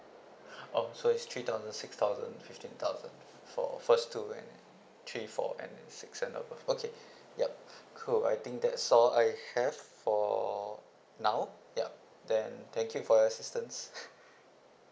orh so it's three thousand six thousand fifteen thousand for first two and three four and six and above okay yup cool I think that's all I have for now yup then thank you for your assistance